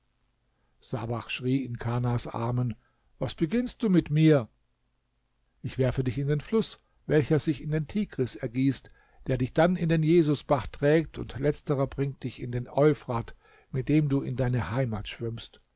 sabach schrie in kanas armen was beginnst du mit mir ich werfe dich in den fluß welcher sich in den tigris ergießt der dich dann in den jesusbach trägt und letzterer bringt dich in den euphrat mit dem du in deine heimat schwimmst